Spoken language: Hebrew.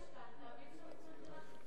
אז אין משכנתה, ואי-אפשר לקנות דירה, נכון,